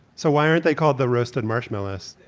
so why aren't they called the roasted marshmallows?